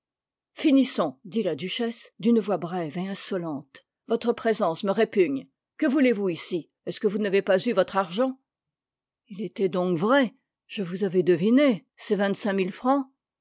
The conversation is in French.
finissons dit la duchesse d'une voix brève et insolente votre présence me répugne que voulez-vous ici est-ce que vous n'avez pas eu votre argent il était donc vrai je vous avais devinée ces vingt-cinq mille francs